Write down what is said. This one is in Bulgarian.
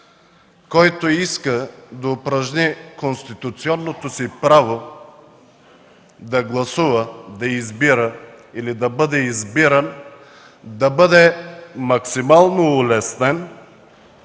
който иска да упражни конституционното си право да гласува, да избира или да бъде избиран, да бъде максимално улеснен